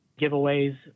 giveaways